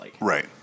Right